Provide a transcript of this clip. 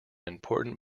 important